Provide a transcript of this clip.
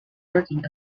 working